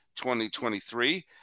2023